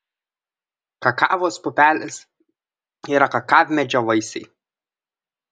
kakavos pupelės yra kakavmedžio vaisiai